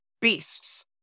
beasts